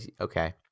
okay